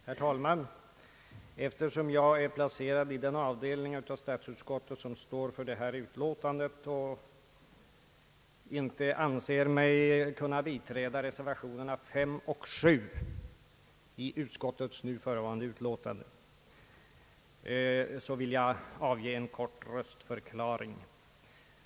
Herr talman! Eftersom jag tillhör den avdelning av statsutskottet som står för det här utiåtandet och inte anser mig kunna biträda reservationen vid punktten 19 och reservationen 7 vid punkten 20, vill jag avge en kort röstförklaring.